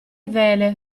vele